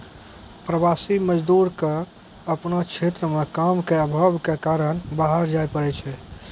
प्रवासी मजदूर क आपनो क्षेत्र म काम के आभाव कॅ कारन बाहर जाय पड़ै छै